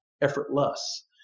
effortless